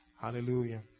Hallelujah